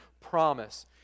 promise